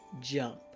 jump